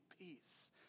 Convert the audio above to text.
peace